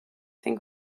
think